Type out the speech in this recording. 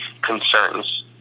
concerns